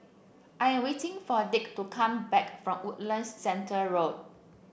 I am waiting for Dick to come back from Woodlands Centre Road